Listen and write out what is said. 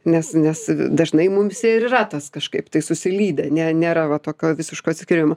nes nes dažnai mums ir yra tas kažkaip tai susilydę ne nėra va tokio visiško atsiskyrimo